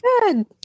good